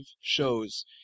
shows